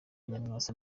nyamwasa